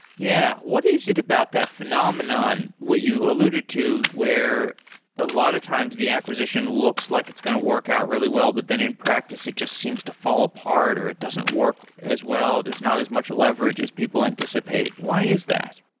yeah. what is it about that phenomenon, what you alluded to, where a lot of times the acquisition looks like it's going to work out really well, but then in practice it just seems to fall apart or it doesn't work as well. there's not as much leverage as people anticipate. why is that?